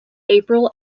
april